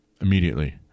immediately